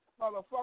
Motherfucker